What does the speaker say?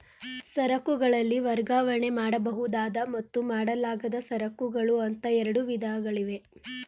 ಸರಕುಗಳಲ್ಲಿ ವರ್ಗಾವಣೆ ಮಾಡಬಹುದಾದ ಮತ್ತು ಮಾಡಲಾಗದ ಸರಕುಗಳು ಅಂತ ಎರಡು ವಿಧಗಳಿವೆ